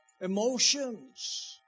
Emotions